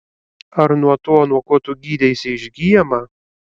ar nuo to nuo ko tu gydeisi išgyjama